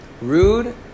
Rude